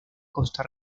costa